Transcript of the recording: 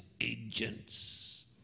agents